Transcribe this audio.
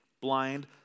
blind